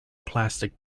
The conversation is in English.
plastic